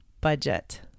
budget